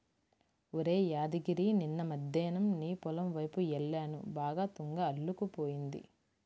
ఒరేయ్ యాదగిరి నిన్న మద్దేన్నం నీ పొలం వైపు యెల్లాను బాగా తుంగ అల్లుకుపోయింది